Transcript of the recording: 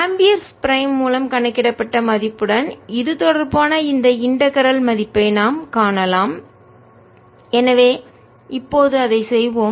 B 0I4πdlr rr r3dV04πjr×r rr r3dV ampere's prime மூலம் கணக்கிடப்பட்ட மதிப்புடன் இது தொடர்பான இந்த இன்டகரல் ஒருங்கிணைப்பின் மதிப்பை நாம் காணலாம் எனவே இப்போது அதைச் செய்வோம்